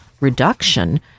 reduction